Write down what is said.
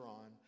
on